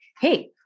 hey